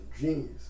genius